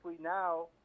now